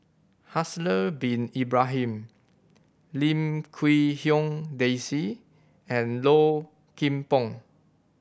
Haslir Bin Ibrahim Lim Quee Hong Daisy and Low Kim Pong